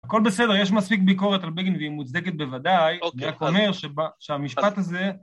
הכל בסדר, יש מספיק ביקורת על בגין והיא מוצדקת בוודאי, אני רק אומר שהמשפט הזה